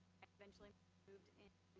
eventually moved in.